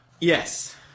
Yes